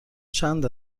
چند